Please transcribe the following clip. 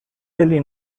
eli